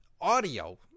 audio